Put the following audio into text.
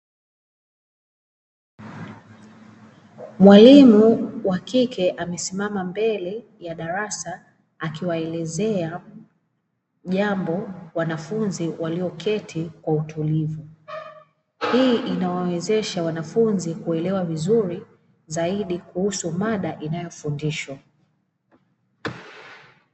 Mwalimu wa kike amesimama mbele ya darasa akiwaelezea jambo wanafunzi walioketi kwa utulivu, hii inawawezesha wanafunzi kuelewa vizuri zaidi kuhusu mada inayofundishwa.